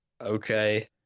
okay